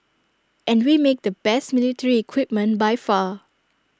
and we make the best military equipment by far